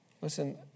Listen